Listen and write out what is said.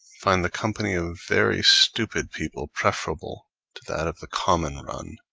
find the company of very stupid people preferable to that of the common run